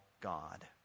God